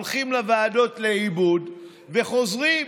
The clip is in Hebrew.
הולכים לוועדות לעיבוד וחוזרים.